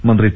മന്ത്രി ടി